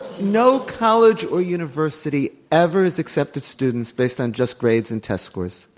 no college or university ever has accepted students based on just grades and test scores.